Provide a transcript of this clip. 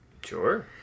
Sure